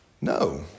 No